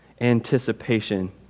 anticipation